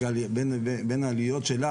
בין העליות שלה,